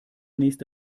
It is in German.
nächste